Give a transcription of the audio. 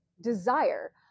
desire